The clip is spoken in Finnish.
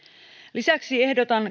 lisäksi ehdotan